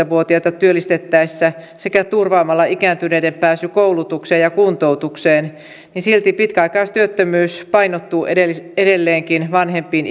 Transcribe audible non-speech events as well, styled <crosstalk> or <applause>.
<unintelligible> vuotiaita työllistettäessä sekä turvaamalla ikääntyneiden pääsy koulutukseen ja kuntoutukseen niin silti pitkäaikaistyöttömyys painottuu edelleenkin vanhempiin <unintelligible>